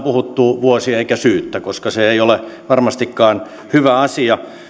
puhuttu vuosia eikä syyttä koska se ei ole varmastikaan hyvä asia